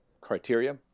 criteria